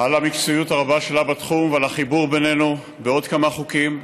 על המקצועיות הרבה שלה בתחום ועל החיבור בינינו בעוד כמה חוקים,